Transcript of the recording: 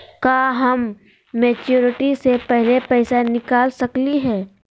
का हम मैच्योरिटी से पहले पैसा निकाल सकली हई?